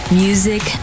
music